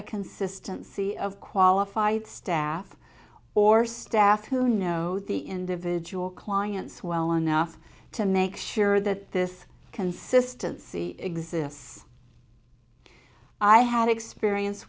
a consistency of qualified staff or staff who know the individual clients well enough to make sure that this consistency exists i have experience